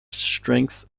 strength